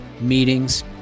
meetings